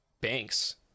banks